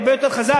הרבה יותר חזק,